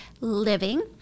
Living